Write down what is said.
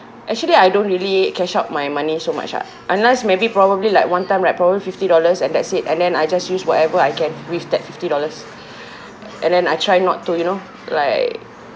actually I don't really cash out my money so much ah unless maybe probably like one time right probably fifty dollars and that's it and then I just use whatever I can with that fifty dollars and then I try not to you know like